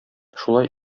шулай